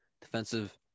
Defensive